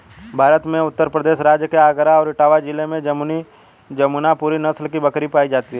भारत में उत्तर प्रदेश राज्य के आगरा और इटावा जिले में जमुनापुरी नस्ल की बकरी पाई जाती है